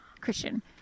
Christian